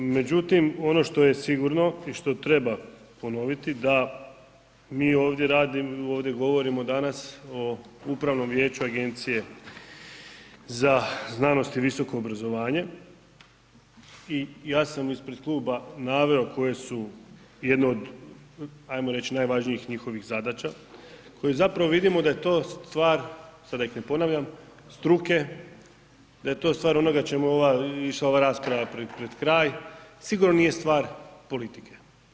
Međutim, ono što je sigurno i što treba ponoviti da mi ovdje govorimo danas o upravnom vijeću Agencije za znanost i visoko obrazovanje i ja sam ispred kluba naveo koje su, jedno od ajmo reć, najvažnijih njihovih zadaća, koje zapravo vidimo da je to stvar, sad da ih ne ponavljam, struke, da je to stvar onoga čemu ova, išla ova rasprava pred kraj, sigurno nije stvar politike.